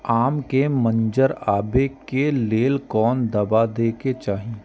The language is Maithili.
आम के मंजर आबे के लेल कोन दवा दे के चाही?